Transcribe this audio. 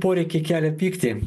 poreikiai kelia pyktį